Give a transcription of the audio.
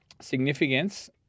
Significance